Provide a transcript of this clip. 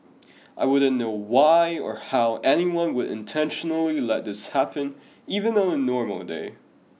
I wouldn't know why or how anyone would intentionally let this happen even on a normal day